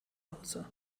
hause